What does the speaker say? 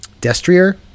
Destrier